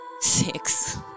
Six